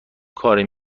کاری